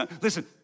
Listen